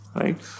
right